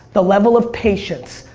the level of patience,